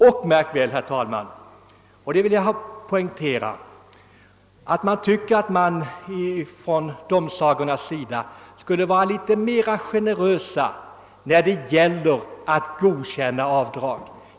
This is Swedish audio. Jag anser dessutom att domsagorna borde vara litet mera generösa när det gäller att bevilja avdrag.